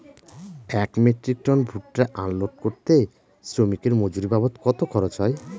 এক metric tonne ভুট্টা unload করতে শ্রমিকের মজুরি বাবদ কত খরচ হয়?